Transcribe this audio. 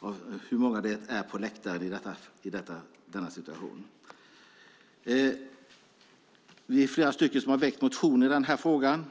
av hur många som nu sitter på läktaren. Flera av oss har väckt motioner i den här frågan.